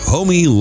Homie